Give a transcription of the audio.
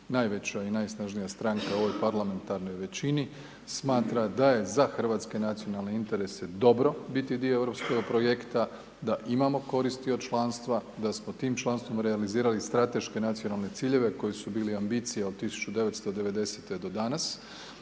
najveća i najsnažnija stranka u ovoj Parlamentarnoj većini, smatra da je za hrvatske nacionalne interese dobro biti dio europskog projekta, da imamo koristi od članstva, da smo tim članstvom realizirali strateške nacionalne ciljeve koji su bili ambicija od 1990.-te do danas.